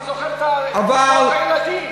אני גם זוכר את קצבאות הילדים,